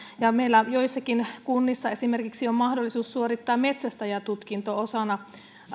ja meillä joissakin kunnissa on esimerkiksi mahdollisuus suorittaa metsästäjätutkinto osana